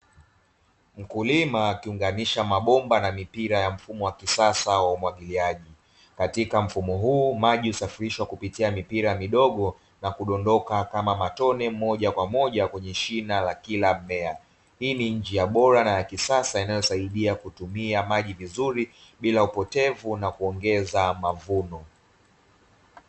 Mkulima akiunganisha mabomba na mipira ya mfumo wa kisasa wa umwagiliaji katika mfumo huu maji husafirishwa kupitia mipira midogo na kudondoka kama matone moja kwa moja kwenye shina la kila mmea, hii ni njia bora na ya kisasa inayosaidia kutumia maji vizuri bila upotevu na kuongeza mavuno.